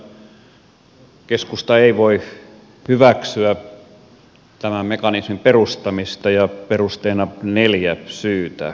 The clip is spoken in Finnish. keskusta ei voi hyväksyä tämän mekanismin perustamista perusteena neljä syytä